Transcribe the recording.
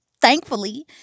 thankfully